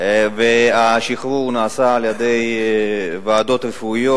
ואילו השחרור נעשה על-ידי ועדות רפואיות,